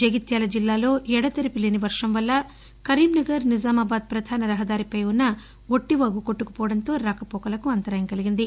జగిత్యాల జిల్లాలో ఎడతెరపి లేని వర్వం వల్ల కరీంనగర్ నిజామాబాద్ పధాన రహదారిపై ఉన్న ఒట్టివాగు కొట్టుకుపోవడంతో రాకపోకలకు అంతరాయం కలిగింది